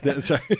Sorry